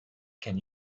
can